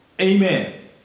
Amen